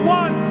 one